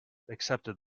accepted